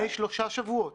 לפני שלושה שבועות.